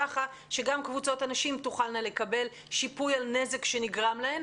כך שגם קבוצות הנשים תוכלנה לקבל שיפוי על נזק שנגרם להן,